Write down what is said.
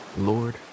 Lord